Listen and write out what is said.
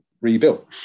rebuilt